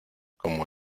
como